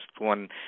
one